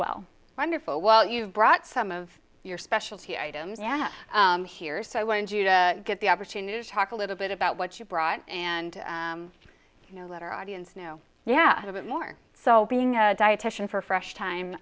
well wonderful well you brought some of your specialty items yet here so i wanted you to get the opportunity to talk a little bit about what you brought and you know later audience know yeah a bit more so being a dietitian for fresh time